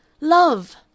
Love